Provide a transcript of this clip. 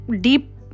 deep